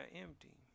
empty